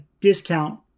discount